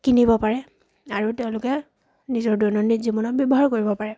কিনিব পাৰে আৰু তেওঁলোকে নিজৰ দৈনন্দিন জীৱনত ব্যৱহাৰ কৰিব পাৰে